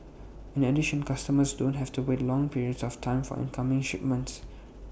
in addition customers don't have to wait long periods of time for incoming shipments